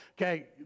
Okay